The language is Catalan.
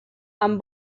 amb